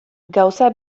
gauza